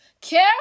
Care